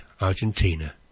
Argentina